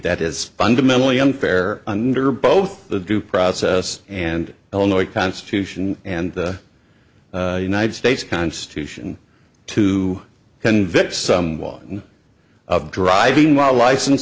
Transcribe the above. that is fundamentally unfair under both the due process and illinois constitution and the united states constitution to convict someone of driving while a license